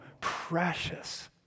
precious